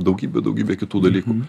daugybė daugybė kitų dalykų